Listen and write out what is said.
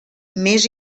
més